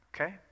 Okay